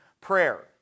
prayer